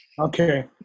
Okay